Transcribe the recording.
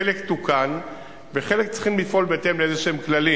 חלק תוקן וחלק צריכים לפעול בהתאם לכללים.